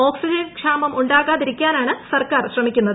oxygen ക്ഷാമം ഉണ്ടാകാതിരിക്കാനാണ് സർക്കാർ ശ്രമിക്കുന്നത്